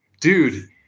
Dude